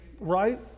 right